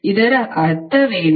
ಅದರ ಅರ್ಥವೇನು